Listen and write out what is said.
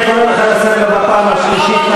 אני קורא אותך לסדר בפעם השלישית.